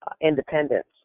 independence